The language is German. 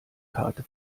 karte